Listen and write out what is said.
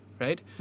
right